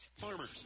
Farmers